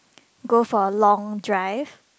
go for a long drive